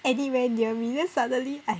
anywhere near me then suddenly I